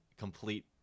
complete